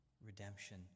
redemption